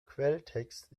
quelltext